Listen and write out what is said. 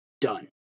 done